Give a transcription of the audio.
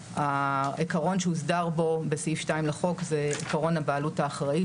העיקרון שהוסדר בו בסעיף 2 בחוק הוא עיקרון הבעלות האחראית,